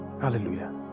Hallelujah